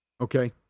Okay